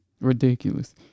ridiculous